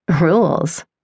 Rules